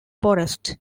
forest